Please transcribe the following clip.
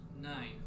Nine